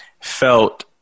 felt